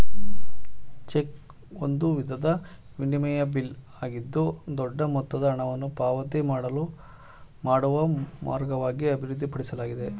check ಒಂದು ವಿಧದ ವಿನಿಮಯ ಬಿಲ್ ಆಗಿದ್ದು ದೊಡ್ಡ ಮೊತ್ತದ ಹಣವನ್ನು ಪಾವತಿ ಮಾಡುವ ಮಾರ್ಗವಾಗಿ ಅಭಿವೃದ್ಧಿಪಡಿಸಲಾಗಿದೆ